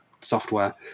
software